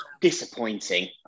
disappointing